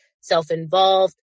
self-involved